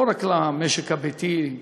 לא רק למשק הביתי,